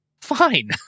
fine